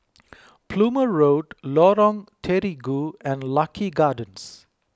Plumer Road Lorong Terigu and Lucky Gardens